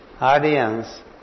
audience